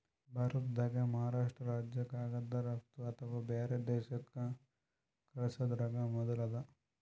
ಭಾರತ್ದಾಗೆ ಮಹಾರಾಷ್ರ್ಟ ರಾಜ್ಯ ಕಾಗದ್ ರಫ್ತು ಅಥವಾ ಬ್ಯಾರೆ ದೇಶಕ್ಕ್ ಕಲ್ಸದ್ರಾಗ್ ಮೊದುಲ್ ಅದ